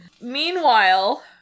Meanwhile